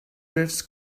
drifts